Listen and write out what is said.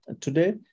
today